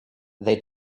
they